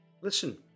Listen